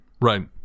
Right